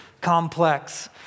complex